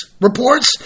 reports